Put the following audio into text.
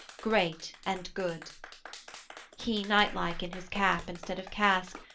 great and good he knightlike in his cap instead of casque,